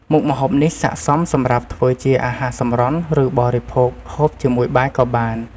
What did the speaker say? មុខម្ហូបនេះស័ក្តិសមសម្រាប់ធ្វើជាអាហារសម្រន់ ឬបរិភោគហូបជាមួយបាយក៏បាន។